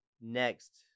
next